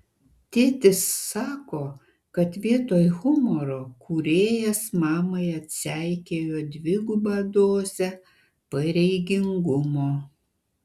tėtis sako kad vietoj humoro kūrėjas mamai atseikėjo dvigubą dozę pareigingumo